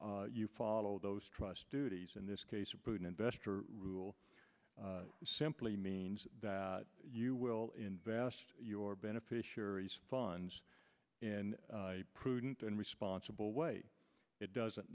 you follow those trust duties in this case a putin investor rule simply means that you will invest your beneficiary's funds in a prudent and responsible way it doesn't